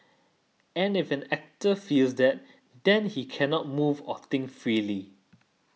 and if an actor feels that then he cannot move or think freely